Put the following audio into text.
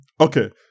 Okay